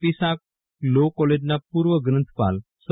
પી શાફ લો કોલેજનાં પૂર્વ ગ્રંથપાલ સ્વ